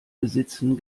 besitzen